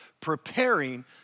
preparing